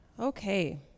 Okay